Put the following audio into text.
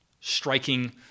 striking